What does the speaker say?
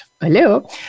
Hello